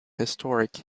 historic